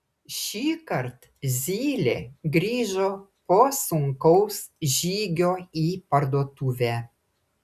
šįkart zylė grįžo po sunkaus žygio į parduotuvę